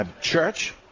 Church